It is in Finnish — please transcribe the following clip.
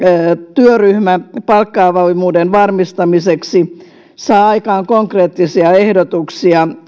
työryhmä palkka avoimuuden varmistamiseksi saa aikaan konkreettisia ehdotuksia